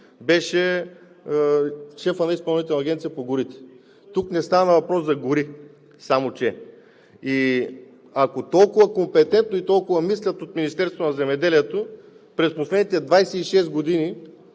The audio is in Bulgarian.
беше шефът на Изпълнителната агенция по горите. Тук не става въпрос за гори. Само че ако толкова е компетентно и толкова мислят от Министерството на земеделието през последните 26 години,